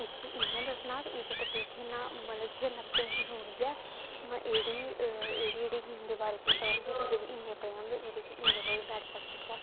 इस्सी इ'यां दस्सना ते एह्दे उप्पर तुगी खेलना मतलब खेलना ते तुगी जरूरी ऐ मा एह्ड़ी एह्ड़ी एह्ड़ी गेम दे बारे च बी पता होए कि एह्दे च इन्ने प्लेयर होंदे एह्दे च इन्ने बैट बाल फुटबाल